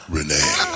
Renee